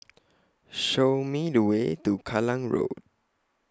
Show Me The Way to Kallang Road